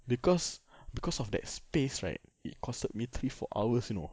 because because of that space right it costed me three four hours you know